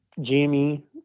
Jimmy